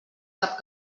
cap